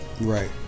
Right